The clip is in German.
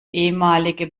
ehemalige